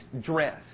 dress